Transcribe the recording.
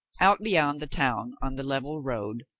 out beyond the town on the level road,